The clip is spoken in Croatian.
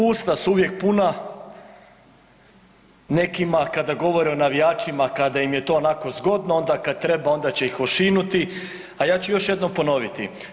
Usta su uvijek puta nekima kada govore o navijačima kada im je to onako zgodno onda kad treba onda će ih ošinuti, a ja ću još jednom ponoviti.